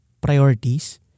priorities